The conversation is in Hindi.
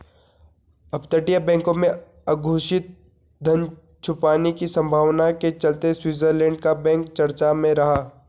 अपतटीय बैंकों में अघोषित धन छुपाने की संभावना के चलते स्विट्जरलैंड का बैंक चर्चा में रहा